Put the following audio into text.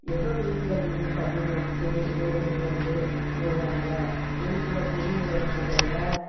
ஏதோ வீட்டில் இருக்குது தண்ணி போட்டுவிட்டு ஏதோ ஒரு வந்து போவாங்க ஒரு சில பெரிய இடத்துகள்ல